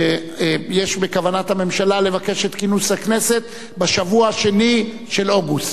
שיש בכוונת הממשלה לבקש את כינוס הכנסת בשבוע השני של אוגוסט.